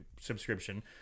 subscription